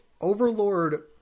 Overlord